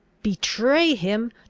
betray him!